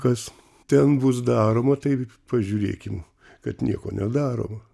kas ten bus daroma tai pažiūrėkim kad nieko nedaroma